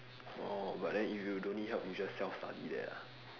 orh but then if you don't need help you just self-study there lah